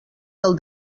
del